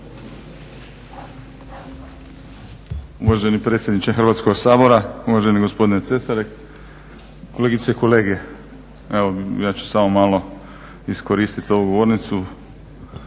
Uvaženi predsjedniče Hrvatskoga sabora, uvaženi gospodine Cesarik, kolegice i kolege evo ja ću samo malo iskoristit ovu govornicu.